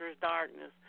Darkness